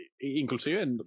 inclusive